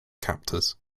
captors